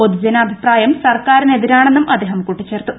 പൊതുജന അഭിപ്രായം സർക്കാരിന് എതിരാണെന്നും അദ്ദേഹം കൂട്ടിച്ചേർത്തു